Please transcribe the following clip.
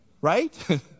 Right